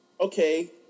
okay